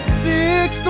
six